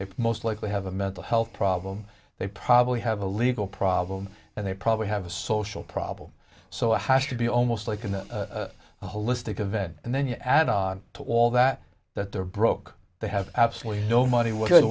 it most likely have a mental health problem they probably have a legal problem and they probably have a social problem so it has to be almost like a holistic event and then you add on to all that that they're broke they have absolutely no money w